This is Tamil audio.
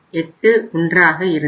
81 ஆக இருந்தது